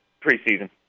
preseason